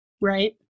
Right